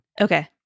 Okay